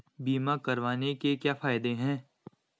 बीमा करवाने के क्या फायदे हैं?